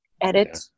Edit